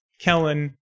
Kellen